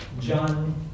John